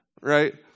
Right